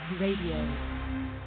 Radio